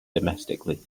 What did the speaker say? domestically